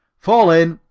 fall in,